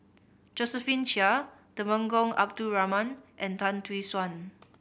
Josephine Chia Temenggong Abdul Rahman and Tan Tee Suan